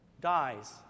dies